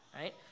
right